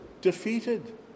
defeated